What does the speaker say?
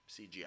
CGI